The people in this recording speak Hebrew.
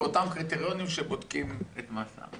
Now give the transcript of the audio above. באותם קריטריונים שבודקים את מסע.